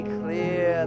clear